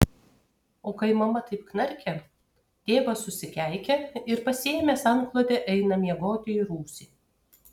o kai mama taip knarkia tėvas susikeikia ir pasiėmęs antklodę eina miegoti į rūsį